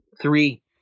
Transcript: three